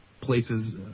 places